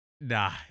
Nah